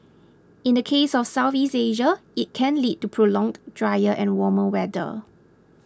in the case of Southeast Asia it can lead to prolonged drier and warmer weather